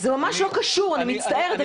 זה ממש לא קשור, אני מצטערת.